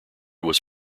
was